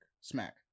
smack